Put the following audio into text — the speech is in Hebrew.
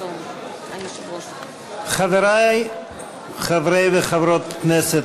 חברי חברות וחברי הכנסת,